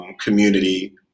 community